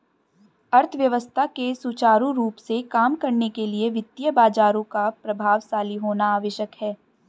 अर्थव्यवस्था के सुचारू रूप से काम करने के लिए वित्तीय बाजारों का प्रभावशाली होना आवश्यक है